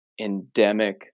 endemic